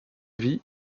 vie